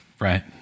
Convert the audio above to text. right